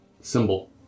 symbol